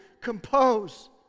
compose